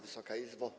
Wysoka Izbo!